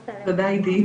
תודה, עידית.